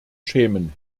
schämen